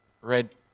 red